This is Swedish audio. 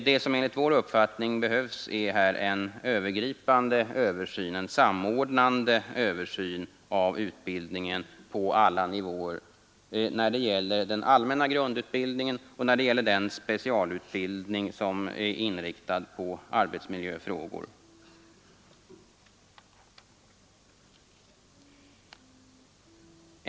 Det som enligt vår uppfattning här behövs är en övergripande och samordnande översyn av utbildningen på alla nivåer i fråga om både den allmänna grundutbildningen och den specialutbildning som är inriktad på arbetsmiljöfrågor.